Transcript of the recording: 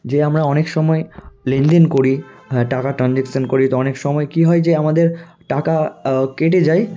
যেয়ে আমরা অনেক সময় লেনদেন করি হ্যাঁ টাকা ট্রানজ্যাকশান করি ওতে অনেক সময় কী হয় যে আমাদের টাকা কেটে যায়